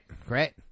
great